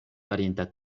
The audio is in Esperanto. farinta